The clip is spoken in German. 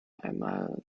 einmal